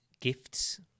gifts